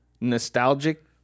nostalgic